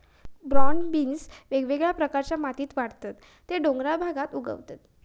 broad beans वेगवेगळ्या प्रकारच्या मातीत वाढतत ते डोंगराळ भागात उगवतत